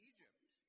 Egypt